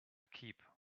keep